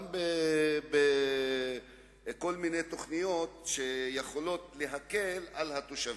גם בכל מיני תוכניות שיכולות להקל על התושבים.